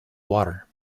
water